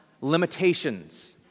limitations